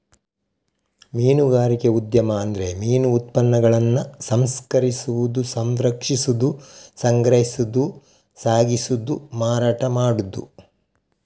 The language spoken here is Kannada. ಮೀನುಗಾರಿಕೆ ಉದ್ಯಮ ಅಂದ್ರೆ ಮೀನು ಉತ್ಪನ್ನಗಳನ್ನ ಸಂಸ್ಕರಿಸುದು, ಸಂರಕ್ಷಿಸುದು, ಸಂಗ್ರಹಿಸುದು, ಸಾಗಿಸುದು, ಮಾರಾಟ ಮಾಡುದು